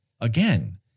Again